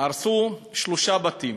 הרסו שלושה בתים,